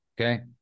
Okay